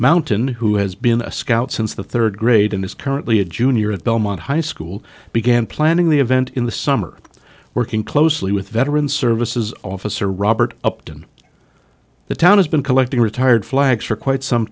mountain who has been a scout since the third grade and is currently a junior at belmont high school began planning the event in the summer working closely with veteran services officer robert upton the town has been collecting retired flags for quite some